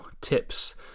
tips